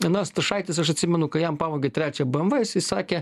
na stašaitis aš atsimenu kai jam pavogė trečią bmv jisai sakė